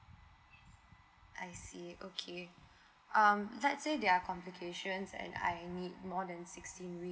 I see okay um let's say there are complications and I need more than sixteen week